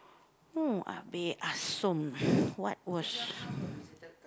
oya-beh-ya-som what was